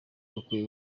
bukwiye